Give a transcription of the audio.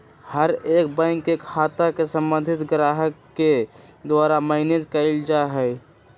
हर एक बैंक के खाता के सम्बन्धित ग्राहक के द्वारा मैनेज कइल जा हई